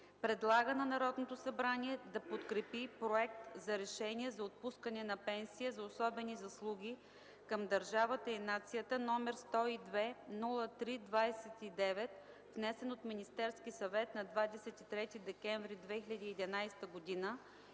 Предлага на Народното събрание да подкрепи проект за Решение за отпускане на пенсия за особени заслуги към държавата и нацията, № 102-03-29, внесен от Министерски съвет на 23 декември 2011 г. и на